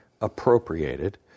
appropriated